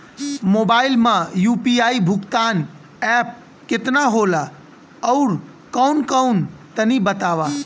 Mobile म UPI भुगतान app केतना होला आउरकौन कौन तनि बतावा?